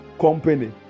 company